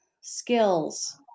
skills